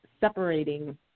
separating